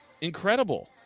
incredible